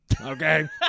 okay